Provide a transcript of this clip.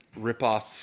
ripoff